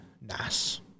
Nas